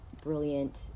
brilliant